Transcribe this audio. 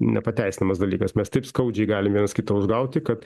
nepateisinamas dalykas mes taip skaudžiai galim vienas kitą užgauti kad